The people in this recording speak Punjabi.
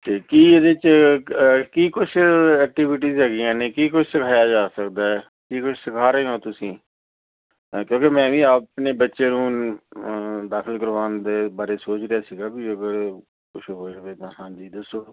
ਅਤੇ ਕੀ ਇਹਦੇ 'ਚ ਕੀ ਕੁਛ ਐਕਟੀਵਿਟੀਜ਼ ਹੈਗੀਆਂ ਨੇ ਕੀ ਕੁਛ ਸਿਖਾਇਆ ਜਾ ਸਕਦਾ ਕੀ ਕੁਛ ਸਿਖਾ ਰਹੇ ਹੋ ਤੁਸੀਂ ਕਿਉਂਕਿ ਮੈਂ ਵੀ ਆਪਣੇ ਬੱਚੇ ਨੂੰ ਦਾਖਲ ਕਰਵਾਉਣ ਦੇ ਬਾਰੇ ਸੋਚ ਰਿਹਾ ਸੀਗਾ ਵੀ ਅਗਰ ਕੁਛ ਹੋ ਜਾਵੇ ਤਾਂ ਹਾਂਜੀ ਦੱਸੋ